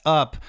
up